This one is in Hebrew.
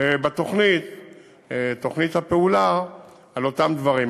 בתוכנית הפעולה על אותם דברים.